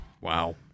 Wow